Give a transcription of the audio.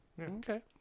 okay